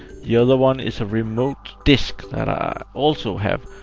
the other one is a remote disk that i also have,